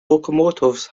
locomotives